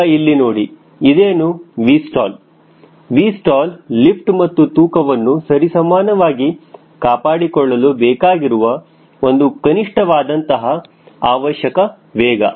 ಈಗ ಇಲ್ಲಿ ನೋಡಿ ಇದೇನು Vstall Vstall ಲಿಫ್ಟ್ ಮತ್ತು ತೂಕವನ್ನು ಸರಿಸಮಾನವಾಗಿ ಕಾಪಾಡಿಕೊಳ್ಳಲು ಬೇಕಾಗಿರುವ ಒಂದು ಕನಿಷ್ಠವಾದಂತಹ ಅವಶ್ಯಕ ವೇಗ